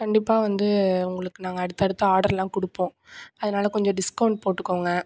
கண்டிப்பாக வந்து உங்களுக்கு நாங்கள் அடுத்து அடுத்து ஆர்டரெலாம் கொடுப்போம் அதனால கொஞ்சம் டிஸ்கவுண்ட் போட்டுக்கோங்க